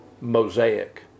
mosaic